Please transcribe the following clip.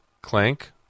Clank